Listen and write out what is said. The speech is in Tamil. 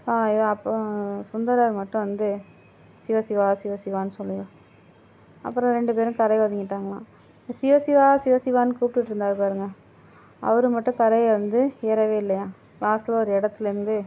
சுந்தரர் மட்டும் வந்து சிவ சிவா சிவ சிவான்னு சொல்லி அப்புறம் ரெண்டு பேரும் கரை ஒதுங்கிட்டாங்களாம் சிவ சிவா சிவ சிவான்னு கூப்பிடுட்டு இருந்தார் பாருங்கள் அவரை மட்டும் கரை வந்து ஏறவே இல்லையான் லாஸ்டில் ஒரு இடத்துல இருந்து